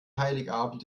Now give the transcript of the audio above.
heiligabend